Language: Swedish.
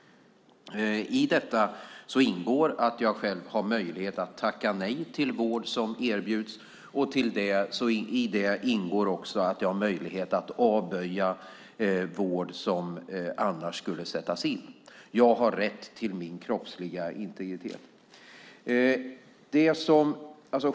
I detta ingår att jag själv har möjlighet att tacka nej till vård som erbjuds, och i detta ingår också att jag har möjlighet att avböja vård som annars skulle sättas in. Jag har rätt till min kroppsliga integritet.